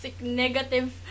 negative